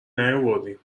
نیاوردیم